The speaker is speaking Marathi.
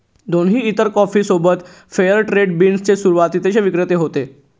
दोन्ही इतर कॉफी सोबत फेअर ट्रेड बीन्स चे सुरुवातीचे विक्रेते होते